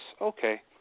Okay